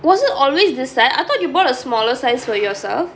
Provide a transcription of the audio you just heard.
was it always this size I thought you bought a smaller size for yourself